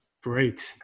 Great